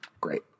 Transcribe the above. great